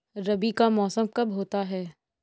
रबी का मौसम कब होता हैं?